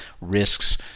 risks